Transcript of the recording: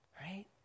right